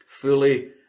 fully